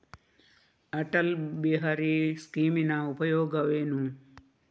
ಅಟಲ್ ಬಿಹಾರಿ ಸ್ಕೀಮಿನ ಉಪಯೋಗವೇನು?